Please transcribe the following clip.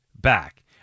back